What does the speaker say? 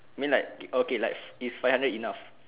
mean like okay like if five hundred enough